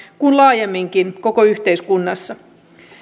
kuin laajemminkin koko yhteiskunnassa